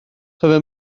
cofia